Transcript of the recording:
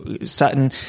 Sutton